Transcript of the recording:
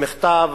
במכתב